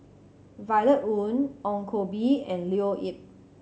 Violet Oon Ong Koh Bee and Leo Yip